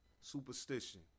Superstition